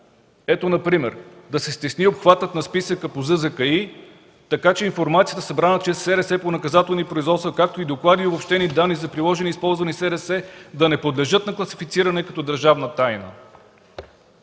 Ето например: да се стесни обхватът на списъка по ЗЗКИ, така че информацията, събрана чрез СРС по наказателни производства, както и доклади и обобщени данни за приложени използвани СРС да не подлежат на класифициране като държавна тайна.